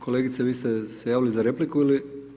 Kolegice vi ste se javili za repliku ili?